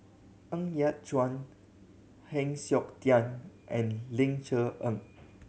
Ng Yat Chuan Heng Siok Tian and Ling Cher Eng